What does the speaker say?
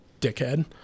dickhead